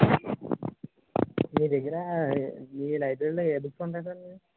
మీ దగ్గర మీ లైబ్రరీలో ఏ బుక్స్ ఉంటాయి సార్ అవి